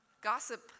Gossip